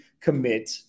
commit